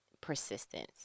persistence